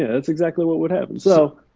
that's exactly what would happen. so